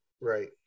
Right